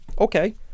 Okay